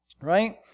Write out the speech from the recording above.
Right